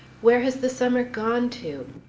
where has the summer gone to?